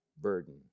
burden